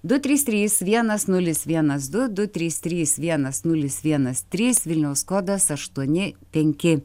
du trys trys vienas nulis vienas du du trys trys vienas nulis vienas trys vilniaus kodas aštuoni penki